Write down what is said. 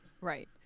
Right